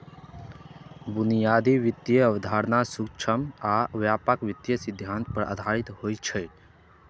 बुनियादी वित्तीय अवधारणा सूक्ष्म आ व्यापक वित्तीय सिद्धांत पर आधारित होइ छै